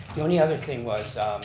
the only other thing was,